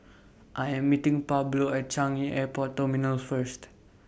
I Am meeting Pablo At Changi Airport Terminal First